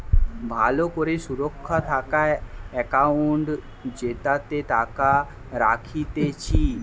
ভালো করে সুরক্ষা থাকা একাউন্ট জেতাতে টাকা রাখতিছে